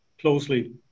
closely